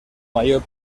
mayor